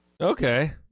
Okay